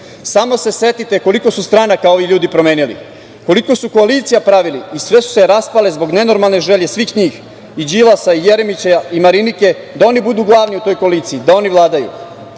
Samo se setite koliko su stranaka ovi ljudi promenili, koliko su koalicija pravili i sve su se rastale zbog nenormalne želje svih njih, i Đilasa i Jeremića i Marinike, da oni budu glavni u toj koaliciji, da oni vladaju. Danas